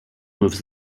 moves